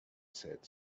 sad